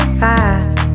fast